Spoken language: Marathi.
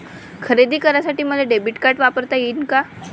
खरेदी करासाठी मले डेबिट कार्ड वापरता येईन का?